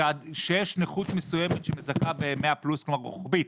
שיש נכות מסוימת שמזכה ב-100+, רוחבית,